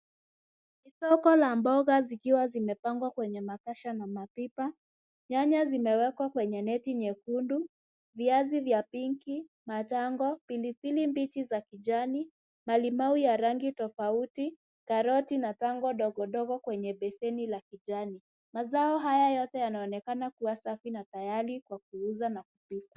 Ni soko la mboga, zikiwa zimepangwa kwenye makasha na mapipa. Nyanya zimewekwa kwenye neti nyekundu, viazi vya pinki, matango, pilipili mbichi za kijani, malimau ya rangi tofauti, karoti na tango ndogo ndogo kwenye beseni la kijani. Mazao haya yote yanaonekana kuwa safi na tayari kwa kuuzwa na kupikwa.